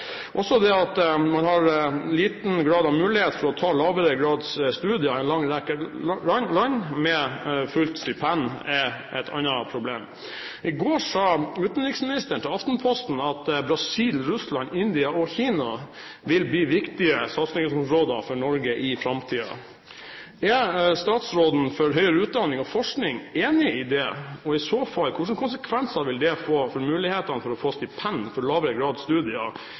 At man også har liten grad av mulighet til å ta lavere grads studier i en lang rekke land med fullt stipend, er et annet problem. I går sa utenriksministeren til Aftenposten at Brasil, Russland, India og Kina vil bli viktige satsingsområder for Norge i framtiden. Er statsråden for høyere utdanning og forskning enig i det? Og hvilke konsekvenser vil det i så fall få for mulighetene til å få stipend for lavere grads studier